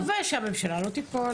אז בואי נקווה שהממשלה לא תיפול.